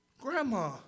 Grandma